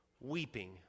weeping